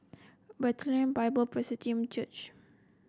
Bethlehem Bible Presbyterian Church